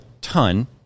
ton